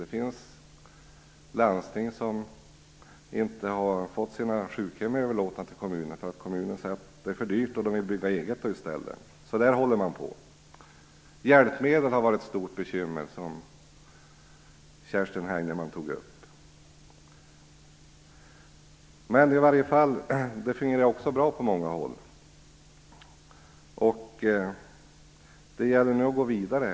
Det finns landsting som inte har fått överlåta sina sjukhem till kommunerna, därför att kommunerna säger att det är för dyrt och att de själva vill bygga sjukhem i stället. Så där håller man på. Hjälpmedlen har också varit ett stort bekymmer, vilket Kerstin Heinemann tog upp. Men det fungerar också bra på många håll, och det gäller nu att gå vidare.